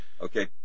Okay